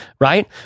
right